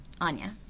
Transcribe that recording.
Anya